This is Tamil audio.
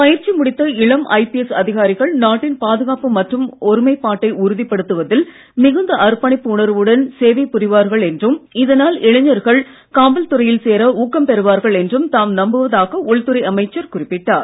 பயிற்சி முடித்த இளம் ஐபிஎஸ் அதிகாரிகள் நாட்டின் பாதுகாப்பு மற்றும் ஒருமைப்பாட்டை உறுதிப்படுத்துவதில் மிகுந்த அர்ப்பணிப்பு உணர்வுடன் சேவை புரிவார்கள் என்றும் இதனால் இளைஞர்கள் காவல் துறையில் சேர ஊக்கம் பெறுவார்கள் என்றும் தாம் நம்புவதாக உள்துறை அமைச்சர் குறிப்பிட்டார்